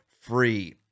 free